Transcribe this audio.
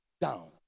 down